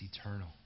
eternal